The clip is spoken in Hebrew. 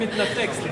מתנתק, סליחה.